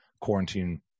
quarantine